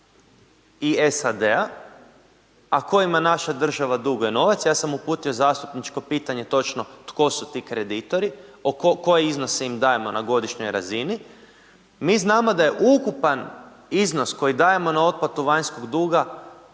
i SAD-a, a kojima naša država druguje novac, ja sam uputio zastupničko pitanje točno tko su ti kreditori, koje iznose im dajemo na godišnjoj razini, mi znamo da je ukupan iznos koji dajemo na otplatu vanjskog duga